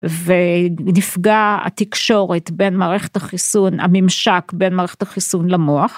ונפגע התקשורת בין מערכת החיסון, הממשק בין מערכת החיסון למוח.